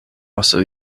also